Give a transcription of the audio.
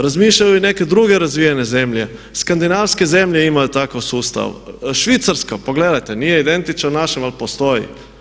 Razmišljaju i neke druge razvijene zemlje, skandinavske zemlje imaju takav sustav, Švicarska pogledajte nije identična našim ali postoji.